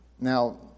now